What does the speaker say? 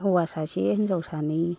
हौवा सासे हिनजाव सानै